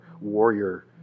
warrior